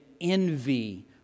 envy